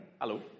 Hello